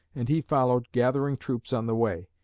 and he followed, gathering troops on the way.